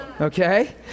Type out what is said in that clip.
okay